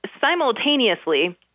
simultaneously